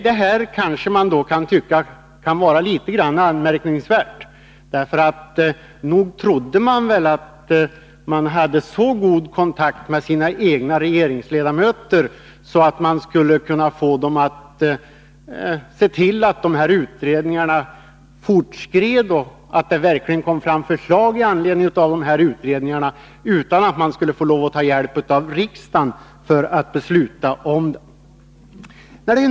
Detta kan förefalla litet anmärkningsvärt. Jag trodde att socialdemokraterna i utskottet hade så god kontakt med sina egna regeringsledamöter att de kunde få dem att se till att utredningarna verkligen fortskred och lade fram förslag — utan att behöva ta hjälp av riksdagen för att få beslut därom.